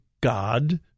God